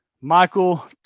michael